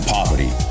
Poverty